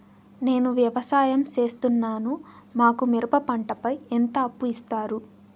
నేను వ్యవసాయం సేస్తున్నాను, మాకు మిరప పంటపై ఎంత అప్పు ఇస్తారు